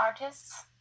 artists